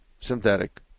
synthetic